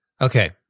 Okay